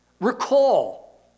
recall